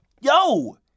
yo